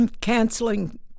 canceling